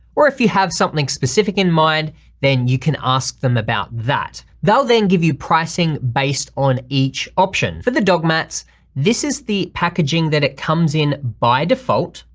or if you have something specific in mind then you can ask them about that, they'll then give you pricing based on each option. for the dog mats this is the packaging that it comes in by default,